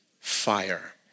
fire